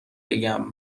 بگم